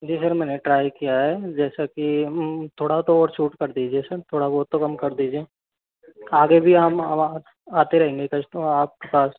जी sir मैंने try किया है जैसा की थोड़ा तो और छूट कर दीजिए सर थोड़ा बहुत तो कम कर दीजिए आगे भी हम आते रहेंगे कस्टमर आपके पास